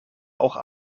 auch